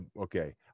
Okay